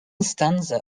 stanza